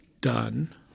done